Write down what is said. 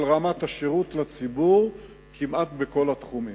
על רמת השירות לציבור כמעט בכל התחומים.